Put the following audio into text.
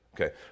Okay